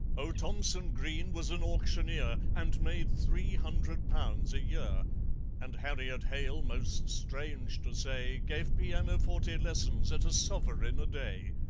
oh, thomson green was an auctioneer, and made three hundred pounds a year and harriet hale, most strange to say, gave pianoforte lessons at a sovereign a day.